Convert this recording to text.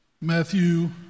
Matthew